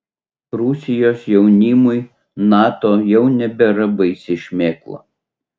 rusijos jaunimui nato jau nebėra baisi šmėkla